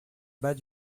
bas